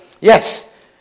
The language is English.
Yes